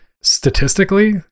statistically